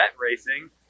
racing